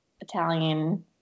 Italian